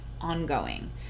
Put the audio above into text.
ongoing